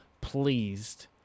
pleased